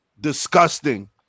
Disgusting